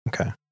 Okay